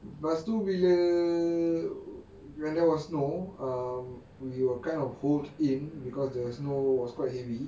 lepas tu bila when there was snow err we were kind of hold in because the snow was quite heavy